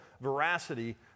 veracity